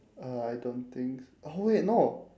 uh I don't think s~ oh wait no